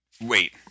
Wait